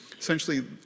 essentially